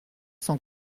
sans